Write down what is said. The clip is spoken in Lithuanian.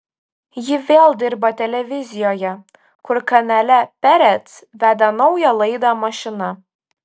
ji vėl dirba televizijoje kur kanale perec veda naują laidą mašina